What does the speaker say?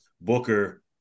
Booker